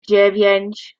dziewięć